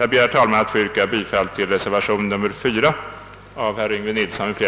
Jag ber, herr talman, att få yrka bifall till reservation nr 4 av herr Yngve Nilsson m.fl.